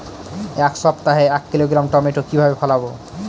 এক সপ্তাহে এক কিলোগ্রাম টমেটো কিভাবে ফলাবো?